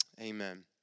Amen